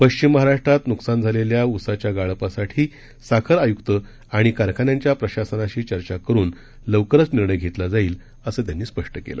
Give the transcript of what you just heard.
पश्विम महाराष्ट्रात नुकसान झालेल्या ऊसाच्या गाळपासाठी साखर आयुक्त आणि कारखान्यांच्या प्रशासनाशी चर्चा करून लवकरच निर्णय घेतला जाईल असं त्यांनी स्पष्ट केलं